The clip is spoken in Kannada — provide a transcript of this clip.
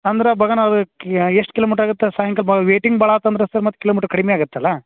ಅಂದರೆ ಬಗನಾ ಅದು ಕಿ ಎಷ್ಟು ಕಿಲೋಮೀಟ್ರ್ ಆಗತ್ತೆ ಸಾಯಂಕಾಲ ವೇಟಿಂಗ್ ಭಾಳ ಆತಂದರೆ ಸರ್ ಮತ್ತೆ ಕಿಲೋಮೀಟ್ರ್ ಕಡಿಮೆ ಆಗತ್ತಲ್ಲ